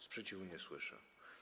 Sprzeciwu nie słyszę.